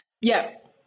Yes